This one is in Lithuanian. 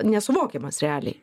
nesuvokiamas realiai